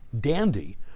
Dandy